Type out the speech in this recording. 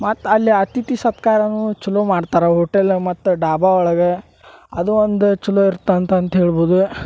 ಮತ್ತೆ ಅಲ್ಲಿ ಅತಿಥಿ ಸತ್ಕಾರನೂ ಛಲೋ ಮಾಡ್ತಾರೆ ಹೋಟೆಲ್ ಮತ್ತೆ ಡಾಬಾ ಒಳಗೆ ಅದು ಒಂದು ಛಲೋ ಇರತ್ತೆ ಅಂತಂತ ಹೇಳ್ಬೋದು